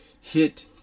hit